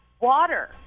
water